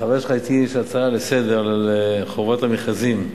החבר שלך הגיש הצעה לסדר-היום על חובת המכרזים,